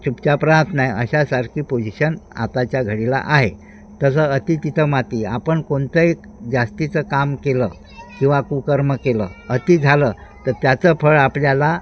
चुपचाप राहात नाही अशासारखी पोझिशन आताच्या घडीला आहे तसं अति तिथं माती आपण कोणतंही जास्तीचं काम केलं किंवा कुकर्म केलं अति झालं तर त्याचं फळ आपल्याला